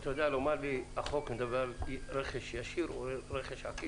מיקי, החוק מדבר על רכש ישיר או רכש עקיף?